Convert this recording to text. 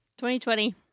2020